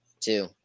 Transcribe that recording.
Two